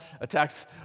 attacks